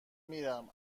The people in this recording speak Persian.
میرم